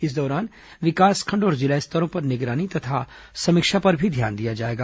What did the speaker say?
इस दौरान विकासखंड और जिला स्तरों पर निगरानी तथा समीक्षा पर भी ध्यान दिया जायेगा